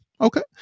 Okay